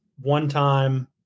one-time